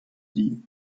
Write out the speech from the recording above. die